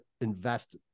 invest